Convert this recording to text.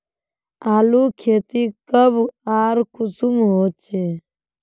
आलूर खेती कब आर कुंसम होचे?